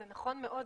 זה נכון מאוד,